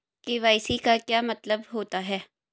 KYC का क्या मतलब होता है?